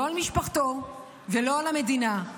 לא על משפחתו ולא על המדינה,